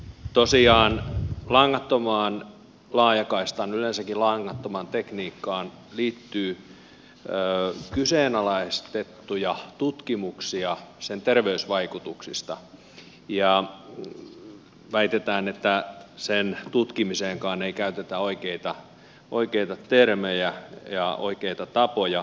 tosiaan langattomaan laajakaistaan yleensäkin langattomaan tekniikkaan liittyy kyseenalaistettuja tutkimuksia sen terveysvaikutuksista ja väitetään että sen tutkimiseenkaan ei käytetä oikeita termejä ja oikeita tapoja